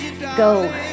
go